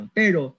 pero